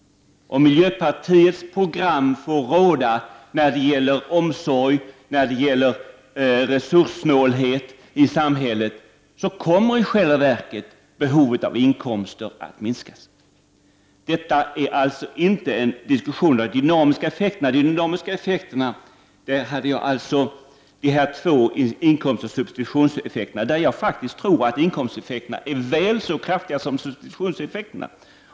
Om miljöpartiets program får råda när det gäller omsorg och resurssnålhet i samhället kommer i själva verket behovet av inkomster att minskas. 29 Detta är alltså inte en diskussion om de dynamiska effekterna. Jag talade om inkomstoch substitutionseffekterna. Jag tror faktiskt att inkomsteffekterna är väl så kraftiga som substitutionseffekterna.